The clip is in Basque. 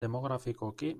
demografikoki